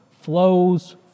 flows